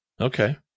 Okay